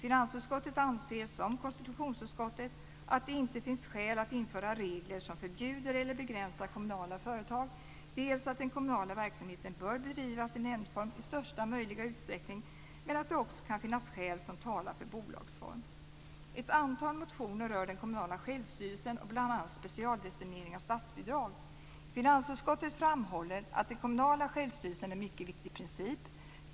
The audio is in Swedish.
Finansutskottet anser, som konstitutionsutskottet, att det inte finns skäl att införa regler som förbjuder eller begränsar kommunala företag, dels att den kommunala verksamheten bör bedrivas i nämndform i största möjliga utsträckning, dels att det kan finnas skäl som talar för bolagsform. Finansutskottet framhåller att den kommunala självstyrelsen är en mycket viktig princip.